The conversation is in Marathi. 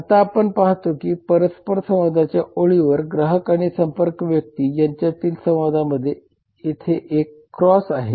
आता आपण पाहतो की परस्परसंवादाच्या ओळीवर ग्राहक आणि संपर्क व्यक्ती यांच्यातील संवादामध्ये येथे एक क्रॉस आहे